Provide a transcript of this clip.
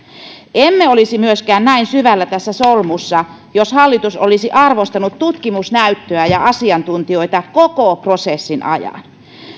emme olisi myöskään näin syvällä tässä solmussa jos hallitus olisi arvostanut tutkimusnäyttöä ja asiantuntijoita koko prosessin ajan